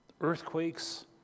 earthquakes